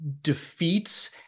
defeats